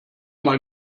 mal